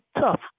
tough